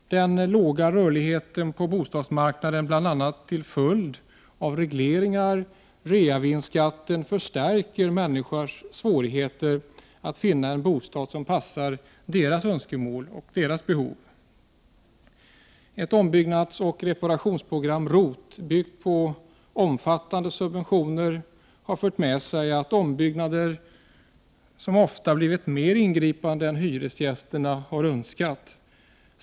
Den låga rörligheten på bostadsmarknaden bl.a. till följd av regleringar och reavinstskatten förstärker människors svårigheter att finna en bostad som passar deras önskemål och behov. - Ett ombyggnadsoch reparationsprogram, ROT, byggt på omfattande subventioner, har fört med sig att ombyggnader ofta blivit mer ingripande än hyresgästerna önskat.